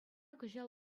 кӑҫал